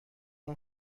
اون